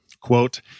Quote